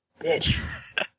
Bitch